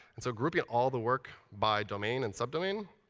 and so grouping all the work by domain and subdomain.